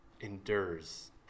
endures